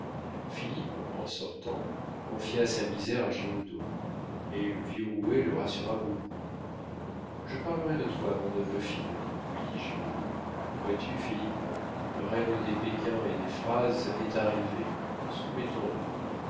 philippe en sortant confia sa misère à giroudeau mais le vieux roué le rassura beaucoup je parlerai de toi à mon neveu finot lui dit giroudeau vois-tu philippe le règne des péquins et des phrases est arrivé